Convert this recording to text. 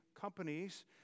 companies